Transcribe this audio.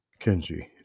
Kenji